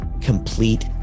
complete